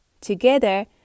Together